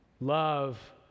Love